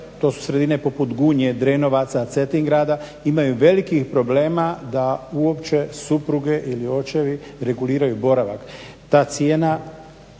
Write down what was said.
to su sredine poput Gunje, Drenovaca, Cetingrada imaju velikih problema da uopće supruge ili očevi reguliraju boravak. Ta cijena